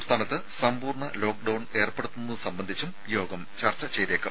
സംസ്ഥാനത്ത് സമ്പൂർണ്ണ ലോക്ഡൌൺ ഏർപ്പെടുത്തുന്നത് സംബന്ധിച്ചും യോഗം ചർച്ച ചെയ്തേക്കും